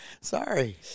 Sorry